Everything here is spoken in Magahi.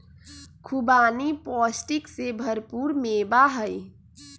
खुबानी पौष्टिक से भरपूर मेवा हई